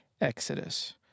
Exodus